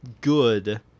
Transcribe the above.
good